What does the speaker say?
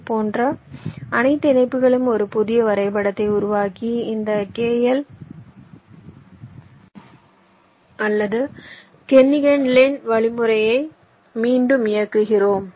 இதுபோன்ற அனைத்து இணைப்புகளையும் ஒரு புதிய வரைபடத்தை உருவாக்கி இந்த K L அல்லது கெர்னிகன் லின் வழிமுறை மீண்டும் இயக்குகிறோம்